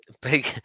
Big